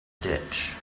ditch